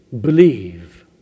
Believe